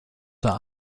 der